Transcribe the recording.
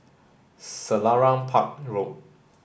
Selarang Park Road